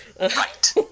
Right